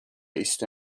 east